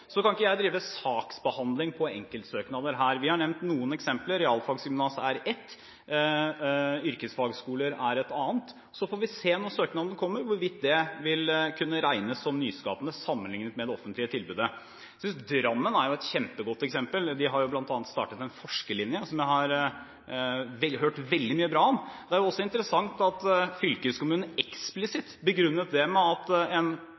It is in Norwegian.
Så får vi se, når søknadene kommer, hvorvidt det vil kunne regnes som nyskapende sammenlignet med det offentlige tilbudet. Drammen er et kjempegodt eksempel. De har bl.a. startet en forskerlinje som jeg har hørt veldig mye bra om. Det er også interessant at fylkeskommunen eksplisitt begrunnet det med at en